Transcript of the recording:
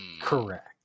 correct